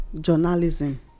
journalism